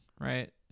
right